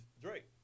Drake